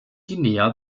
guinea